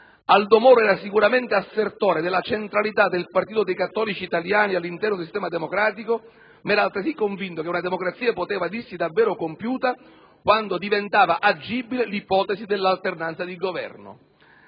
Aldo Moro era sicuramente assertore della centralità del partito dei cattolici italiani all'interno del sistema democratico, ma era altresì convinto che una democrazia poteva dirsi davvero compiuta quando diventava agibile l'ipotesi dell'alternanza di Governo.